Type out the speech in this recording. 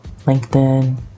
LinkedIn